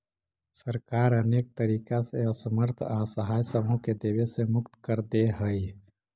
सरकार अनेक तरीका से असमर्थ असहाय समूह के देवे से मुक्त कर देऽ हई